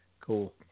Cool